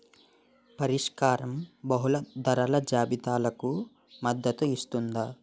పరిష్కారం బహుళ ధరల జాబితాలకు మద్దతు ఇస్తుందా?